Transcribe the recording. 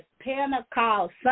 Pentecost